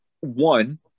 One